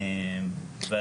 אני